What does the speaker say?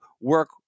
work